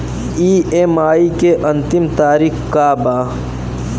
EMI के अंतिम तारीख का बा?